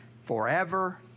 forever